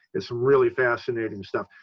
it's really fascinating stuff.